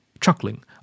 Chuckling